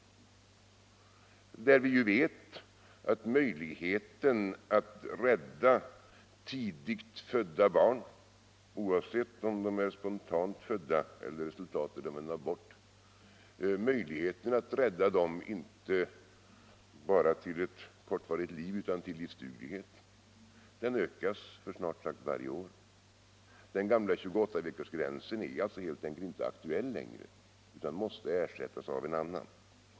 Vi vet ju att möjligheterna att rädda tidigt födda barn, oavsett om de är spontant födda eller resultatet av en abort, inte bara till ett kortvarigt liv utan till livsduglighet, ökar för snart sagt varje år. Den gamla 28 veckorsgränsen är alltså helt enkelt inte aktuell längre utan måste ersättas av en annan.